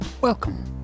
Welcome